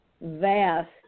vast